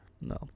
No